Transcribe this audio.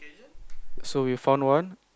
so we found one